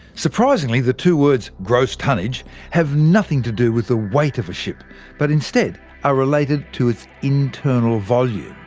surprisingly, the two words gross tonnage have nothing to do with the weight of a ship but instead are related to its internal volume.